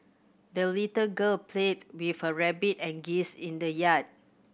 the little girl played with her rabbit and geese in the yard